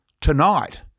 tonight